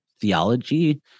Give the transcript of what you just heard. theology